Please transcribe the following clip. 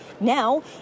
Now